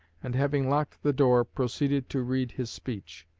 and having locked the door proceeded to read his speech.